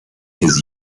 his